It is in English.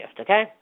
Okay